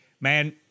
man